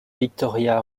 victoria